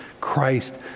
Christ